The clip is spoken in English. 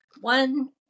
One